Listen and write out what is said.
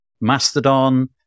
Mastodon